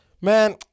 Man